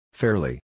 fairly